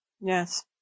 Yes